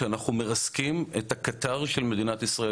שאנחנו מרסקים את הקטר של מדינת ישראל,